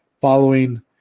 following